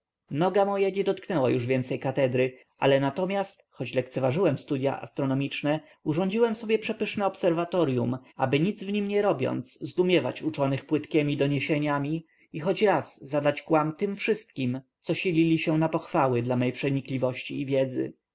noga moja nie dotknęła już więcej katedry ale natomiast choć lekceważyłem studya astronomiczne urządziłem sobie przepyszne obserwatoryum aby nic w nim nie robiąc zdumiewać uczonych płytkiemi doniesieniami i choć raz zadać kłam tym wszystkim co silili się na pochwały dla mej przenikliwości i wiedzy